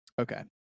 Okay